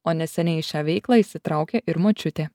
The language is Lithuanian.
o neseniai į šią veiklą įsitraukė ir močiutė